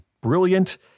brilliant